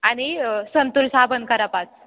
आणि संतूर साबण करा पाच